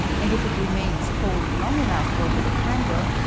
and if it remains cold long enough over the candle,